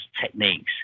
techniques